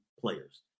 players